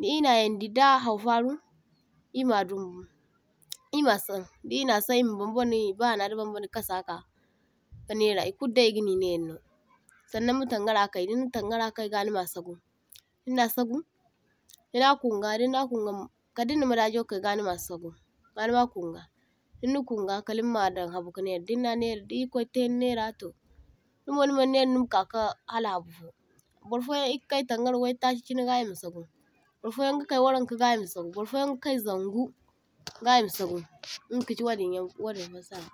di e na yaŋdi da haw faru e ma dumbu e ma saŋ da e na saŋ e ma bambane ba anani bambane ka kasa kar ka nera e kuludai e gini nerano. Sannaŋ ma tangara kay ga nima sagu dinna sagu niga kunga dinna kunga kadday nina madajo kai ga nima sagu ga nima kunga dinna kunga kallima dan habu ka naira dinna naira da ir’kwaitay ni naira toh dinmo nimaŋ naira nimaka ka hala habufo, burfoyaŋ e ga kay tangara e’waiytachi ga ga e ma sagu, burfoyyaŋ ga kay warankayaŋ ga e ma sagu, burfoyaŋ ga kay zaŋgu ga e ma sagu inga kachi wadinyan wadin fassara.